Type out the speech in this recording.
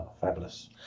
Fabulous